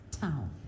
town